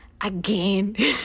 again